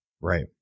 right